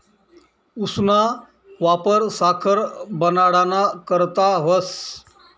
ऊसना वापर साखर बनाडाना करता व्हस